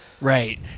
Right